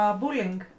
bullying